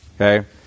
okay